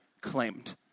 claimed